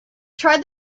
try